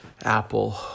Apple